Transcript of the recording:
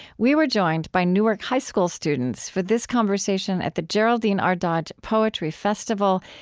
we were joined by newark high school students for this conversation at the geraldine r. dodge poetry festival,